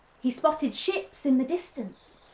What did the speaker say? he spotted ships in the distance,